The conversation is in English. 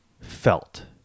felt